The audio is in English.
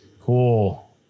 Cool